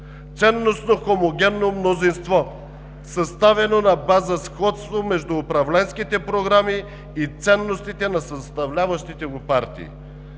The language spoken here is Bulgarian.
ценностно хомогенно мнозинство, съставено на база сходство между управленските програми и ценностите на съставляващите го партии.